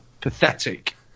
Pathetic